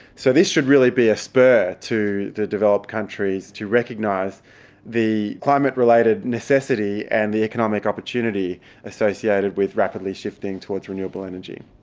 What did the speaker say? so this should really be a spur to the developed countries to recognise the climate-related necessity and the economic opportunity associated with rapidly shifting towards renewable energy.